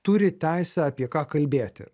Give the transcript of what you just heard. turi teisę apie ką kalbėti